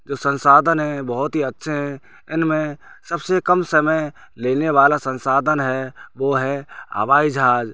जो संसाधन हैं बहुची अच्छी हैं इनमें सबसे काम समय लेने वाला संसाधन है वो है हवाई जहाज